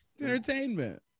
Entertainment